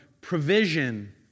provision